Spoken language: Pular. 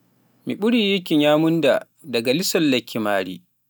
mi ɓuri yikki nyamunda daga lesi lekkimaari